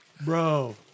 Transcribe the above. Bro